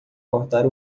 cortar